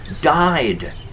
died